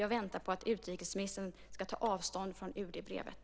Jag väntar på att utrikesministern ska ta avstånd från UD-brevet.